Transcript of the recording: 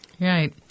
Right